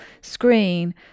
screen